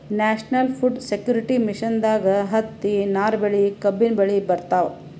national food security ಮಿಷನ್ದಾಗ್ ಹತ್ತಿ, ನಾರ್ ಬೆಳಿ, ಕಬ್ಬಿನ್ ಬೆಳಿ ಬರ್ತವ್